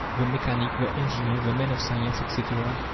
the mechanic, the engineer, the man of science, etc,